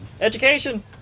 Education